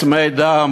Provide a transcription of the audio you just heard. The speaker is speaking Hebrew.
צמא דם,